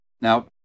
Now